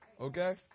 okay